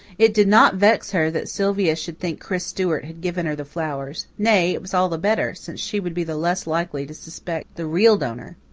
it did not vex her that sylvia should think chris stewart had given her the flowers nay, it was all the better, since she would be the less likely to suspect the real donor.